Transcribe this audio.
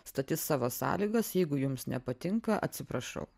statys savo sąlygas jeigu jums nepatinka atsiprašau